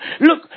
Look